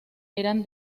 eran